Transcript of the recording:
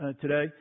today